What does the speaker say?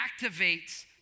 activates